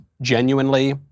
genuinely